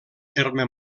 terme